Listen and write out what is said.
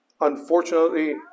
Unfortunately